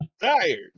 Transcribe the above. tired